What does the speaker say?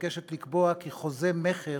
שמבקשת לקבוע כי חוזה מכר